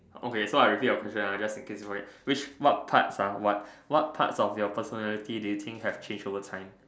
okay so I repeat your question ah just in case which what part of what what part of your personality do you think have change overtime